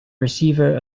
receiver